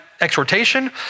exhortation